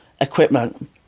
equipment